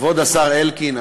כבוד השר אלקין,